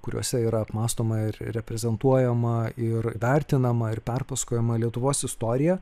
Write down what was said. kuriuose yra apmąstoma ir reprezentuojama ir vertinama ir perpasakojama lietuvos istorija